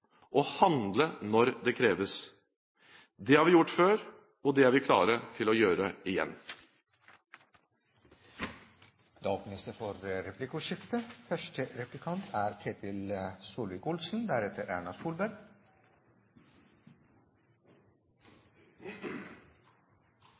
handle når det kreves. Det har vi gjort før, og det er vi klare til å gjøre igjen. Det blir replikkordskifte.